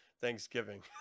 thanksgiving